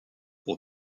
pour